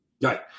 Right